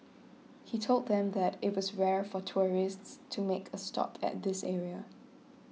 he told them that it was rare for tourists to make a stop at this area